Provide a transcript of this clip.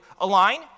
align